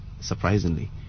surprisingly